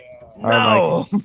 No